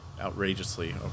Outrageously